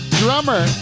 drummer